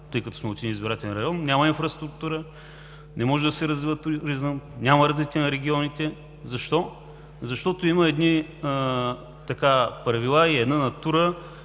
тъй като сме от един избирателен район, няма инфраструктура, не може да се развива туризъм, няма развитие на регионите. Защо? Защото има правила и натура,